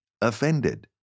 offended